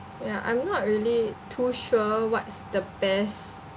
yeah I'm not really too sure what's the best